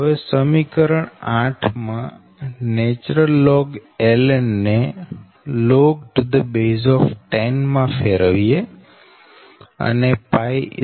હવે સમીકરણ 8 માં નેચરલ લોગ ln ને log10 માં ફેરવીએ અને 3